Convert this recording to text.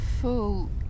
full